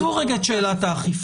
עזבו רגע את שאלת האכיפה.